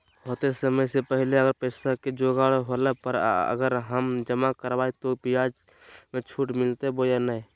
होतय समय से पहले अगर पैसा के जोगाड़ होला पर, अगर हम जमा करबय तो, ब्याज मे छुट मिलते बोया नय?